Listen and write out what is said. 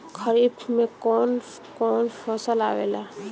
खरीफ में कौन कौन फसल आवेला?